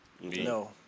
no